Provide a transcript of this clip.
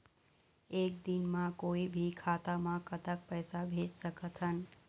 एक दिन म कोई भी खाता मा कतक पैसा भेज सकत हन?